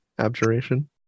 Abjuration